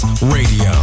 Radio